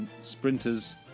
Sprinters